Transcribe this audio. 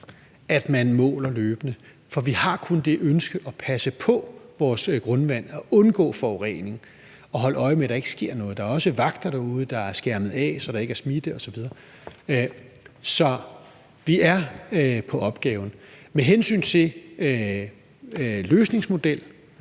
at man måler løbende, for vi har kun det ønske at passe på vores grundvand og undgå forurening og holde øje med, at der ikke sker noget. Der er også vagter derude. Der er skærmet af, så der ikke er smitte, osv. Så vi er på opgaven. Med hensyn til løsningsmodel